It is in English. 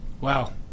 Wow